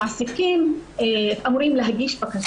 המעסיקים אמורים להגיש בקשה.